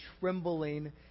trembling